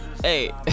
Hey